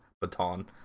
baton